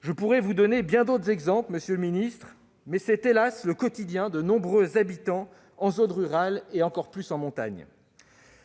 Je pourrais vous donner bien d'autres exemples, monsieur le secrétaire d'État. C'est- hélas ! -le quotidien de nombreux habitants en zones rurales, et plus encore en montagne.